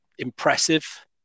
Impressive